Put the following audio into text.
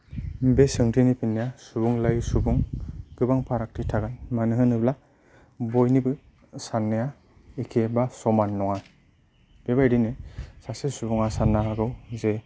बे सोंथिनि सोंनाया सुबुं लायै सुबुं गोबां फाराग्थि थागोन मानो होनोब्ला बयनिबो साननाया एखे बा समान नङा बेबायदिनो सासे सुबुङा साननो हागौ जे